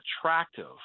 attractive